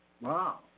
Wow